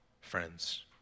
friends